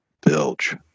bilge